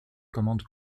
commande